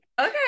okay